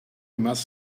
must